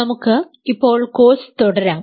നമുക്ക് ഇപ്പോൾ കോഴ്സ് തുടരാം